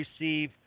receive